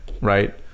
right